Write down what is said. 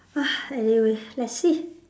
ah anyway let's see